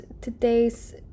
today's